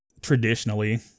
Traditionally